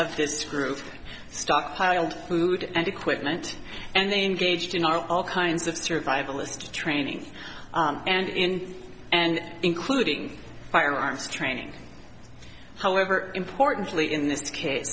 of this group stockpiled food and equipment and then gauged in our all kinds of survivalist training and in and including firearms training however importantly in this case